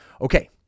Okay